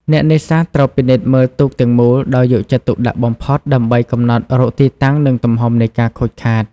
អ្នកនេសាទត្រូវពិនិត្យមើលទូកទាំងមូលដោយយកចិត្តទុកដាក់បំផុត ដើម្បីកំណត់រកទីតាំងនិងទំហំនៃការខូចខាត។